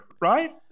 right